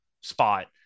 spot